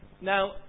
Now